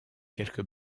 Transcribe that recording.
quelques